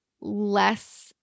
less